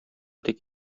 тик